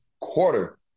quarter